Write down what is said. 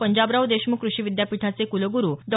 पंजाबराव देशमुख कृषी विद्यापीठाचे कुलगुरू डॉ